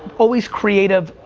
always creative,